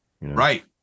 Right